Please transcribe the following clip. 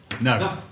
No